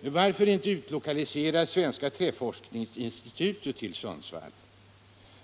Varför inte utlokalisera Svenska träforskningsinstitutet till Sundsvall?